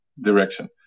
direction